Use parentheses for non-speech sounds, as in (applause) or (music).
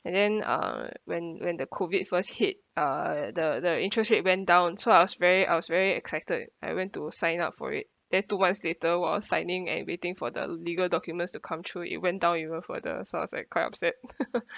and then uh when when the COVID first hit uh the the interest rate went down so I was very I was very excited I went to sign up for it then two months later when I was signing and waiting for the legal documents to come through it went down even further so I was like quite upset (laughs) (breath)